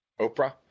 Oprah